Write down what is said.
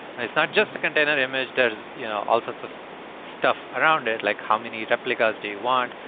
and it's not just a container image, there's you know all sorts of stuff around it like how many replicas do want,